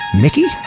Mickey